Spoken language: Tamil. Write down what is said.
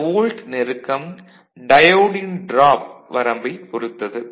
இந்த வோல்ட் நெருக்கம் டயோடின் டிராப் வரம்பைப் பொறுத்தது